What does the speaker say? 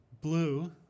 blue